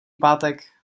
pátek